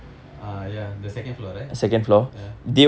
uh ya the second floor right (uh huh)